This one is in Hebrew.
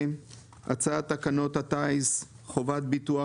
על סדר היום הצעת תקנות הטיס (חובת ביטוח